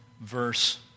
verse